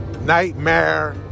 nightmare